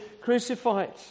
crucified